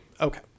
Okay